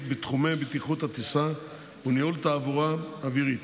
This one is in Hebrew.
בתחומי בטיחות טיסה וניהול תעבורה אווירית.